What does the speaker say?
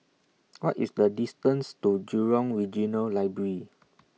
What IS The distance to Jurong Regional Library